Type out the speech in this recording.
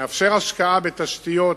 זה מאפשר השקעה בתשתיות